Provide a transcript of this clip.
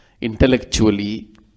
intellectually